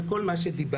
וכל מה שדיברנו.